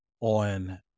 on